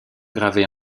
gravé